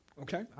Okay